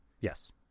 Yes